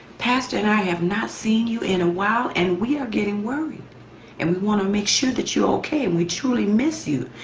pastor and i have not seen you in a while and we are getting worried and we want to make sure that you're okay and we truly miss you.